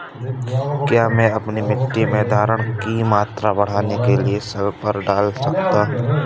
क्या मैं अपनी मिट्टी में धारण की मात्रा बढ़ाने के लिए सल्फर डाल सकता हूँ?